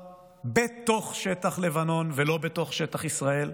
בתוך שטח לבנון ולא בתוך שטח ישראל.